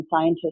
scientists